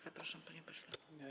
Zapraszam, panie pośle.